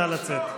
אסון,